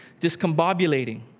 discombobulating